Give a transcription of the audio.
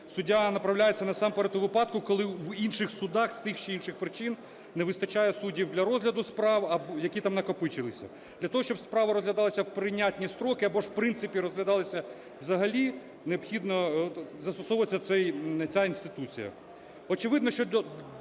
суддя направляється насамперед у випадку, коли в інших судах з тих чи інших причин не вистачає суддів для розгляду справ, які там накопичилися. Для того, щоб справа розглядалася в прийнятні строки, або ж в принципі розглядалася взагалі, застосовується ця інституція. Очевидно, що